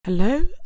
hello